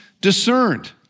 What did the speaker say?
discerned